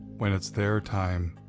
when it's their time